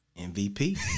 MVP